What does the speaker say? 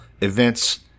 events